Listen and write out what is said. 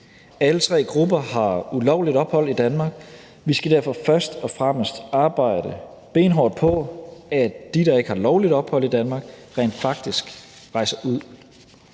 Alle tre grupper har ulovligt ophold i Danmark. Vi skal derfor først og fremmest arbejde benhårdt på, at de, der ikke har lovligt ophold i Danmark, rent faktisk rejser ud.